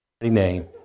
name